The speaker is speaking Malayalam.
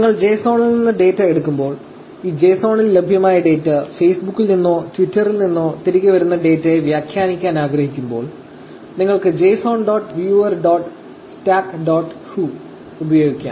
നിങ്ങൾ JSON ൽ നിന്ന് ഡാറ്റ എടുക്കുമ്പോൾ ഈ JSON ൽ ലഭ്യമായ ഡാറ്റ Facebook ൽ നിന്നോ Twitter ൽ നിന്നോ തിരികെ വരുന്ന ഡാറ്റയെ വ്യാഖ്യാനിക്കാൻ ആഗ്രഹിക്കുമ്പോൾ നിങ്ങൾക്ക് JSON dot viewer dot stack dot hu dot viewer dot stack dot hu ഉപയോഗിക്കാം